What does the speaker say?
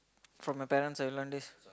from your parents ah you learn this